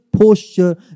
posture